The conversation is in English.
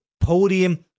podium